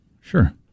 sure